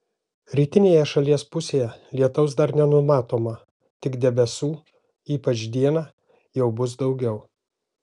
rytinėje šalies pusėje lietaus dar nenumatoma tik debesų ypač dieną jau bus daugiau